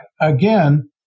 again